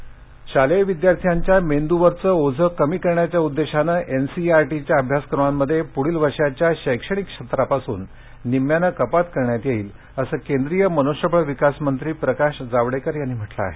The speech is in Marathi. जावडेकरः शालेय विद्यार्थ्यांच्या मेंदूवरचं ओझं कमी करण्याच्या उद्देशानं एनसीईआरटीच्या अभ्यासक्रमांमध्ये प्ढील वर्षाच्या शैक्षणिक सत्रापासून निम्म्यानं कपात करण्यात येईल असं केंद्रीय मन्ष्यबळ विकास मंत्री प्रकाश जावडेकर यांनी म्हटलं आहे